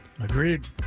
Agreed